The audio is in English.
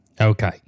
Okay